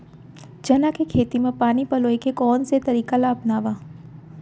चना के खेती म पानी पलोय के कोन से तरीका ला अपनावव?